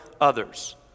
others